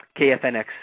KFNX